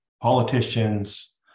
politicians